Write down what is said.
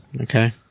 okay